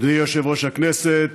אדוני יושב-ראש הישיבה,